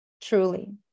Truly